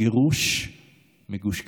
הגירוש מגוש קטיף.